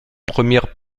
premiers